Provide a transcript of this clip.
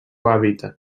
hàbitat